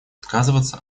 отказываться